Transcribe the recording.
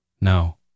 No